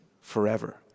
forever